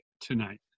tonight